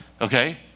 Okay